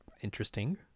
interesting